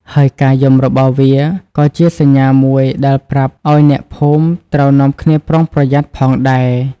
ហើយការយំរបស់វាក៏ជាសញ្ញាមួយដែលប្រាប់ឲ្យអ្នកភូមិត្រូវនាំគ្នាប្រុងប្រយ័ត្នផងដែរ។